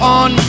on